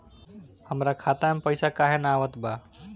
हमरा खाता में पइसा काहे ना आवत बा?